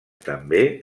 també